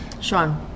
Sean